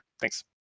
Thanks